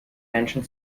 menschen